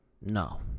No